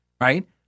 right